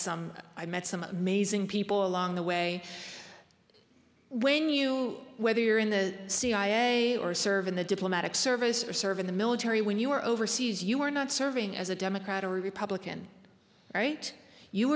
some i met some amazing people along the way when you whether you're in the cia or serve in the diplomatic service or serve in the military when you were overseas you were not serving as a democrat or republican right you